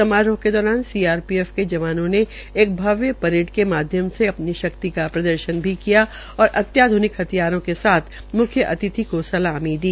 समारोह के दौरान सीआरपीएफ के जवानों ने एक भव्य परेड के माध्यम से अपनी शक्ति का प्रदर्शन किया और अत्याध्निक हथियारों के साथ मुख्य अतिथि को सलामी दी